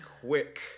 quick